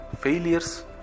Failures